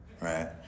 Right